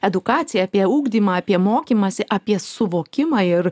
edukaciją apie ugdymą apie mokymąsi apie suvokimą ir